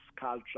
culture